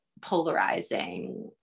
polarizing